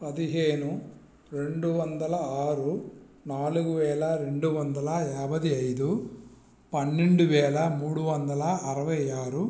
పదిహేను రెండు వందల ఆరు నాలుగు వేల రెండు వందల యాభై ఐదు పన్నెండు వేల మూడు వందల అరవై ఆరు